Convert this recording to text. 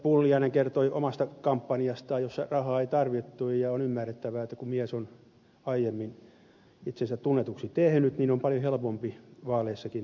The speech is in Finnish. pulliainen kertoi omasta kampanjastaan jossa rahaa ei tarvittu ja on ymmärrettävää että kun mies on aiemmin itsensä tunnetuksi tehnyt niin on paljon helpompi vaaleissakin menestyä